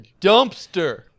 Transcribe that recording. dumpster